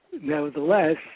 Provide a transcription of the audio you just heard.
Nevertheless